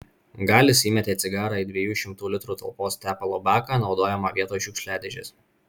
galis įmetė cigarą į dviejų šimtų litrų talpos tepalo baką naudojamą vietoj šiukšliadėžės